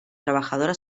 trabajadora